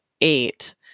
Eight